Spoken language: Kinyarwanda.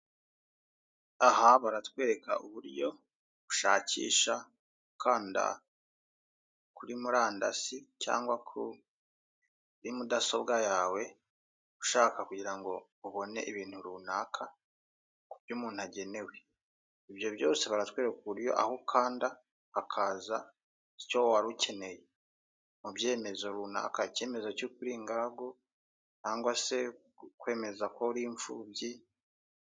Aha baratwereka uburyo ushakisha ukanda kuri murandasi, cyangwa kuri mudasobwa yawe ushaka kugira ngo ubone ibintu runaka, ku byo umuntu agenewe. Ibyo byose baratwereka uburyo, aho ukanda hakaza icyo wari ukeneye. Mu byemezo runaka: icyemezo cy'uko uri ingaragu, cyangwa se kwemeza ko uri impfubyi